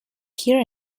here